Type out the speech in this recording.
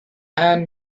ann